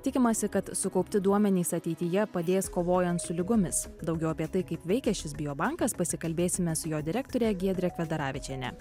tikimasi kad sukaupti duomenys ateityje padės kovojant su ligomis daugiau apie tai kaip veikia šis biobankas pasikalbėsime su jo direktore giedre kvedaravičiene